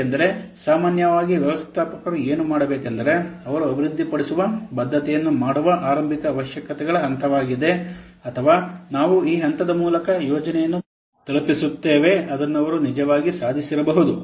ಏಕೆಂದರೆ ಸಾಮಾನ್ಯವಾಗಿ ವ್ಯವಸ್ಥಾಪಕರು ಏನು ಮಾಡಬೇಕೆಂದರೆ ಅವರು ಅಭಿವೃದ್ಧಿಪಡಿಸುವ ಬದ್ಧತೆಯನ್ನು ಮಾಡುವ ಆರಂಭಿಕ ಅವಶ್ಯಕತೆಗಳ ಹಂತವಾಗಿದೆ ಅಥವಾ ನಾವು ಈ ಹಂತದ ಮೂಲಕ ಯೋಜನೆಯನ್ನು ತಲುಪಿಸುತ್ತೇವೆ ಅದನ್ನು ಅವರು ನಿಜವಾಗಿ ಸಾಧಿಸದಿರಬಹುದು